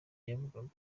yavugaga